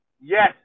Yes